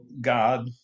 god